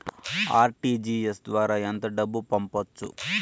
RTGS ద్వారా ఎంత డబ్బు పంపొచ్చు?